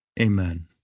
Amen